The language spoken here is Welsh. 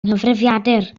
nghyfrifiadur